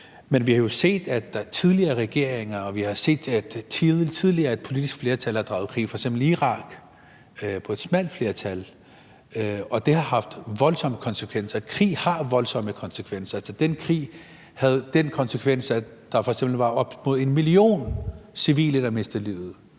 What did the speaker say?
Men vi har jo set, at tidligere regeringer og tidligere politiske flertal er draget i krig, f.eks. i Irak, med et smalt flertal. Og det har haft voldsomme konsekvenser. Krig har voldsomme konsekvenser. Altså, den krig havde den konsekvens, at der f.eks. var op mod en million civile, der mistede livet,